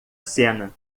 cena